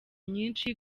nyinshi